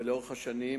ולאורך השנים,